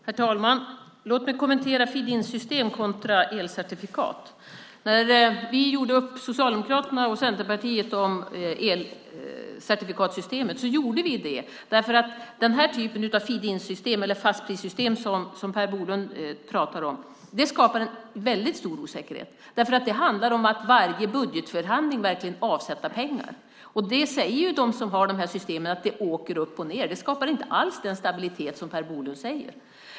Herr talman! Låt mig kommentera feed-in-system kontra elcertifikat. När Socialdemokraterna och Centerpartiet gjorde upp om elcertifikatssystemet gjorde vi det för att den typ av feed-in-system eller fastprissystem som Per Bolund pratar om skapar en väldigt stor osäkerhet. Det handlar om att i varje budgetförhandling verkligen avsätta pengar. De som har de systemen säger att det åker upp och ned. Det skapar inte alls den stabilitet som Per Bolund säger.